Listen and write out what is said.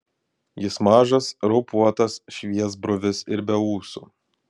jis mažas raupuotas šviesbruvis ir be ūsų